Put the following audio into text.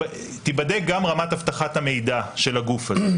תיבדק גם רמת אבטחת המידע של הגוף הזה,